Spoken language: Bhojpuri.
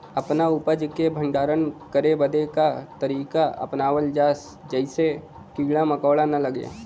अपना उपज क भंडारन करे बदे का तरीका अपनावल जा जेसे कीड़ा मकोड़ा न लगें?